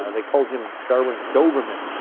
ah they called him darwin's doberman,